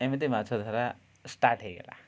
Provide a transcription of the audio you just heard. ଏମିତି ମାଛ ଧରା ଷ୍ଟାର୍ଟ ହେଇଗଲା